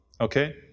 okay